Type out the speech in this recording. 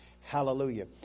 Hallelujah